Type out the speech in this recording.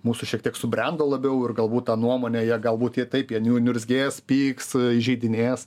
mūsų šiek tiek subrendo labiau ir galbūt tą nuomonę jie galbūt jie taip jie niu niurzgės pyks įžeidinės